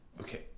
Okay